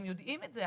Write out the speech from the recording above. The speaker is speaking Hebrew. הם יודעים את זה.